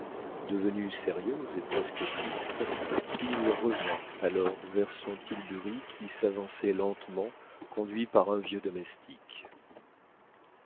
devenue sérieuse et presque triste il revint alors vers son tilbury qui s'avançait lentement conduit par un vieux domestique